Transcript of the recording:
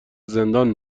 زندان